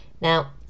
Now